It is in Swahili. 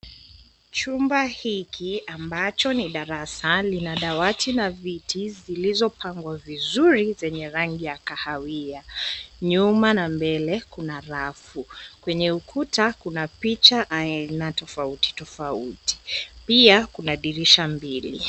Chumba hiki ambacho ni darasa, lina dawati na viti zilizopangwa vizuri zenye rangi ya kahawia. Nyuma na mbele, kuna rafu, kwenye ukuta kuna picha aina tofauti tofauti, pia kuna dirisha mbili.